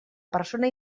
persona